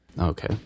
Okay